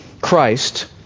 Christ